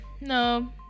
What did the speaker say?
No